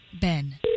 Ben